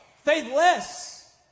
faithless